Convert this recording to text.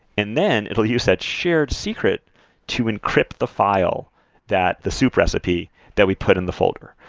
and then it will use that shared secret to encrypt the file that the soup recipe that we put in the folder.